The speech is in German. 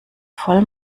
voll